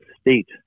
state